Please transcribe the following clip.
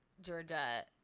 Georgia